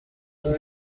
qu’il